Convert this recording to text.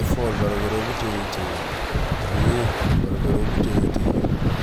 éfool barogérol butéñitéñi, émunduŋo barogérol butéñitéñi.